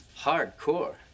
Hardcore